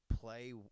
Play